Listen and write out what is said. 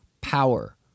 power